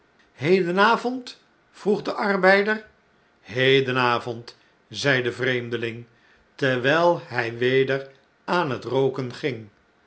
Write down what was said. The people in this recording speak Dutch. hand ahedenavond vroeg de arbeider hedenavond zei de vreemdeling terwjjl hij weder aan net rooken ging